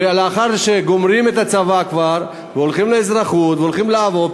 ולאחר שהם גומרים את הצבא ויוצאים לאזרחות והולכים לעבוד,